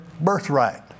birthright